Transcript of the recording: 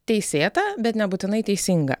teisėta bet nebūtinai teisinga